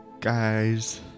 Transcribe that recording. Guys